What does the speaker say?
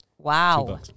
Wow